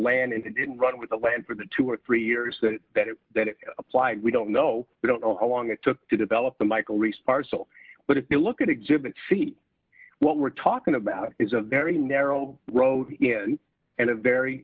land and it didn't run with the land for the two or three years that it applied we don't know we don't know how long it took to develop the michael reese parcel but if you look at exhibits see what we're talking about is a very narrow road and a very